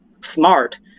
smart